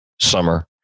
summer